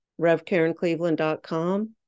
revkarencleveland.com